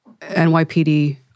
NYPD